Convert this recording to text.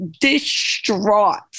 distraught